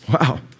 Wow